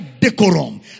decorum